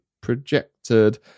projected